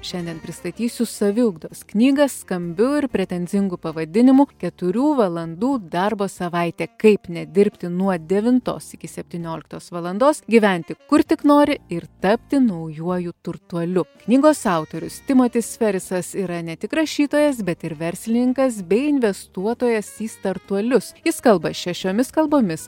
šiandien pristatysiu saviugdos knygą skambiu ir pretenzingu pavadinimu keturių valandų darbo savaitė kaip nedirbti nuo devintos iki septynioliktos valandos gyventi kur tik nori ir tapti naujuoju turtuoliu knygos autorius timotis ferisas yra ne tik rašytojas bet ir verslininkas bei investuotojas į startuolius jis kalba šešiomis kalbomis